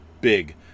big